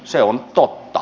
se on totta